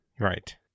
right